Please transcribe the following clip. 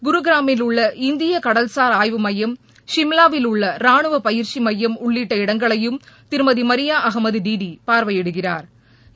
குருகிராமில் உள்ள இந்திய கடல்சார் ஆய்வு எமயம் சிம்லாவில் உள்ள ரானு பயிற்சி மையம் உள்ளிட்ட இடங்களையும் திருமதி மரியா அகமது டிடி பார்வையிடுகிறாா்